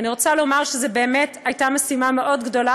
ואני רוצה לומר שזו באמת הייתה משימה מאוד גדולה,